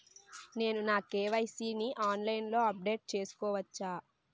నేను నా కే.వై.సీ ని ఆన్లైన్ లో అప్డేట్ చేసుకోవచ్చా?